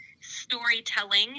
storytelling